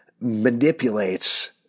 manipulates